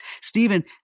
Stephen